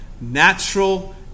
natural